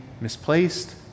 misplaced